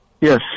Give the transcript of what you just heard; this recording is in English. yes